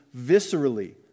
viscerally